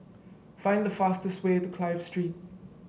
find the fastest way to Clive Street